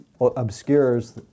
obscures